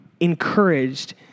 Encouraged